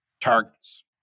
targets